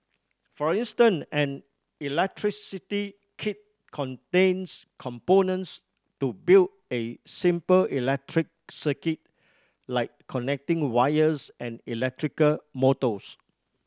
for instance an electricity kit contains components to build a simple electric circuit like connecting wires and electrical motors